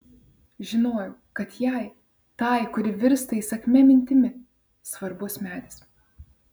žinojau kad jai tai kuri virsta įsakmia mintimi svarbus medis